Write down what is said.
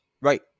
right